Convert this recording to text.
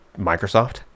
Microsoft